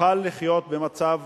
תוכל לחיות במצב